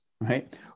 Right